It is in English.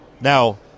Now